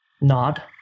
nod